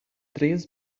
três